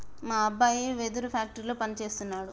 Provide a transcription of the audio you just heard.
మా అబ్బాయి వెదురు ఫ్యాక్టరీలో పని సేస్తున్నాడు